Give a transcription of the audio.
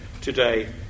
today